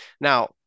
Now